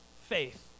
faith